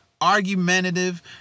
argumentative